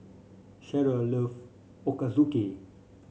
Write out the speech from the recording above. Shara loves Ochazuke